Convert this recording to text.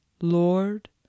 Lord